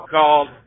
called